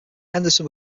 henderson